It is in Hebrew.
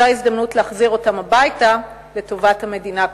זו ההזדמנות להחזיר אותם הביתה לטובת המדינה כולה.